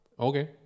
Okay